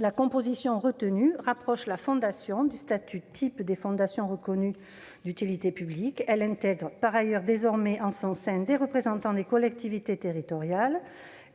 La composition retenue rapproche la Fondation du statut type des fondations reconnues d'utilité publique ; elle intègre par ailleurs désormais en son sein des représentants des collectivités territoriales